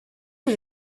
not